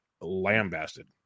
lambasted